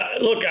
look